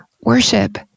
worship